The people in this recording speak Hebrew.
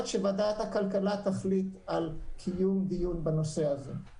שוועדת הכלכלה תחליט על קיומו בנושא הזה.